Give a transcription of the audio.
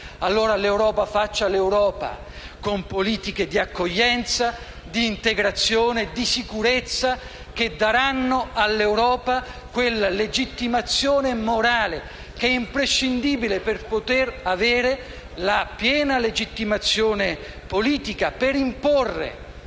L'Europa faccia l'Europa con politiche di accoglienza, di integrazione, di sicurezza, che le daranno quella legittimazione morale che è imprescindibile per poter avere la piena legittimazione della politica, per imporre